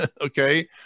Okay